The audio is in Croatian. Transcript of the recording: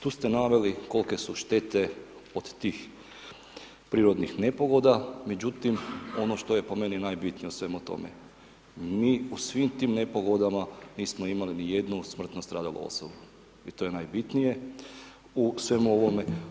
Tu ste naveli kolike su štete od tih prirodnih nepogoda međutim ono što je po meni najbitnije u svemu tome, mi u svim tim nepogodama nismo imali ni jednu smrtno stradalu osobu i to je najbitnije u svemu ovome.